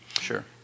Sure